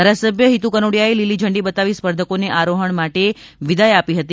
ધારાસભ્ય હિતુ કનોડિયાએ લીલી ઝંડી બતાવી સ્પર્ધકોને આરોહણ માટે વિદાય આપી હતી